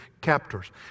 captors